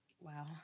Wow